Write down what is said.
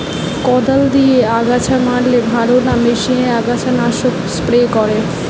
কদাল দিয়ে আগাছা মারলে ভালো না মেশিনে আগাছা নাশক স্প্রে করে?